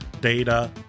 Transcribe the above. data